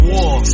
War